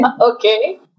Okay